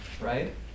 right